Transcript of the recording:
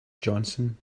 johnson